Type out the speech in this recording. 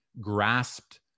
grasped